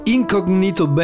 Incognito